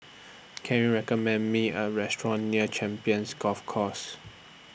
Can YOU recommend Me A Restaurant near Champions Golf Course